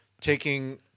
taking